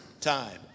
time